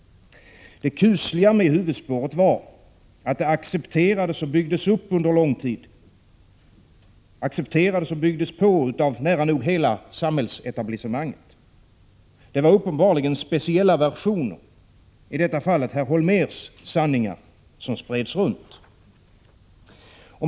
Det kusliga med huvudspåret var att det accepterades och byggdes på av nära nog hela samhällsetablissemanget. Det var uppenbarligen speciella versioner — i detta fall Hans Holmérs sanningar — som spreds runt.